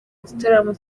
igitaramo